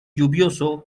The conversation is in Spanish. lluvioso